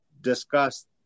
discuss